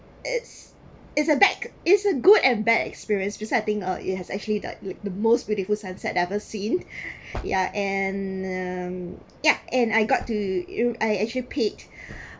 it's it's a bad it's a good and bad experience beside I think uh it has actually that like the most beautiful sunset I've ever seen yeah and um yeah and I got to I actually paid